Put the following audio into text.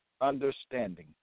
understanding